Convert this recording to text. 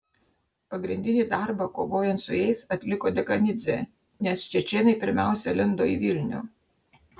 pagrindinį darbą kovojant su jais atliko dekanidzė nes čečėnai pirmiausia lindo į vilnių